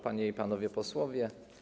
Panie i Panowie Posłowie!